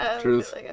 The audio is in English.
Truth